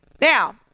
Now